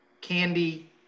candy